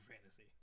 fantasy